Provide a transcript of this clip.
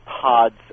pods